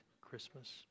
Christmas